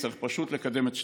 צריך פשוט לקדם את שניהם.